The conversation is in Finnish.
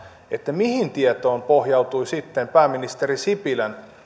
mihin tietoon pohjautui sitten pääministeri sipilän